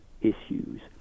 issues